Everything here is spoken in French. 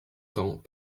temps